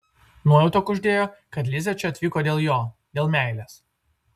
nuojauta kuždėjo kad lizė čia atvyko dėl jo dėl meilės